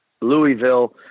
Louisville